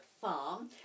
farm